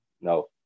no